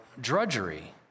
drudgery